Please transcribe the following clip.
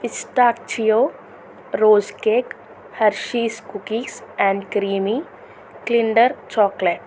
pistachio rose cake hershey's cookies and creamy kinder chocolate